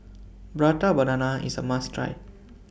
Prata Banana IS A must Try